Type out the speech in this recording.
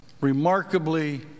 remarkably